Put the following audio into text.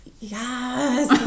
yes